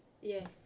Yes